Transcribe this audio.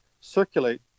circulate